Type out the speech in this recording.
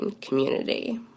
community